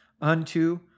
unto